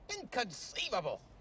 inconceivable